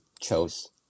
chose